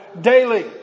daily